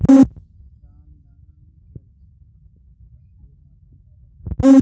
रामदाना मे कैल्शियम भरपूर मात्रा मे पाया जाता है